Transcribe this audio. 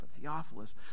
Theophilus